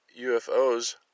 UFOs